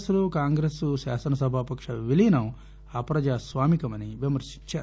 yes లో కాంగ్రెస్ శాసనసభాపక్ష విలీనం అప్రజాస్వామికమని విమర్పించారు